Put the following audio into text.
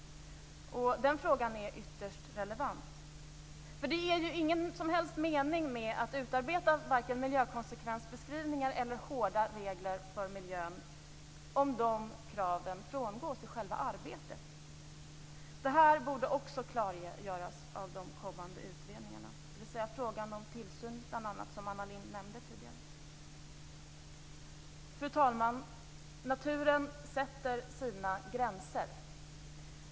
Den frågan är ytterst relevant. Det är ju ingen som helst mening med att utarbeta vare sig miljökonsekvensbeskrivningar eller hårda regler för miljön om dessa krav frångås i själva arbetet. Det här borde också klargöras av de kommande utredningarna - alltså bl.a. frågan om tillsyn som Anna Lindh nämnde tidigare. Fru talman! Naturen sätter sina gränser.